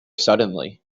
suddenly